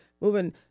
moving